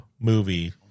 movie